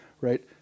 Right